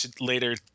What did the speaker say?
later